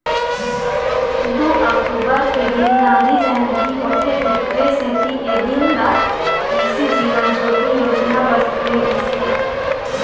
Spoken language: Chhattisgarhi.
दू अक्टूबर के दिन गांधी जयंती होथे तेखरे सेती ए दिन ल कृसि जीवन ज्योति योजना बर चुने गिस हे